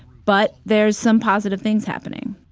but there's some positive things happening.